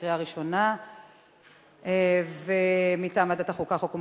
עברה בקריאה ראשונה ותועבר לוועדת החינוך,